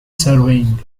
surveying